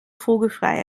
vogelfrei